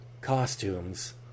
costumes